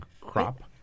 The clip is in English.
crop